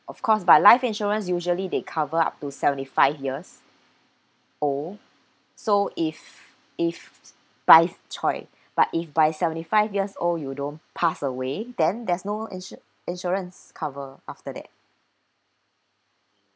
of course but life insurance usually they cover up to seventy five years or so if if by !choy! but if by seventy five years old you don't pass away then there's no insure~ insurance cover after that